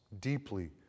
deeply